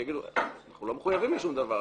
כי יגידו: אנחנו לא מחויבים לשום דבר,